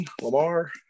Lamar